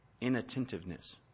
inattentiveness